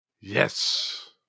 Yes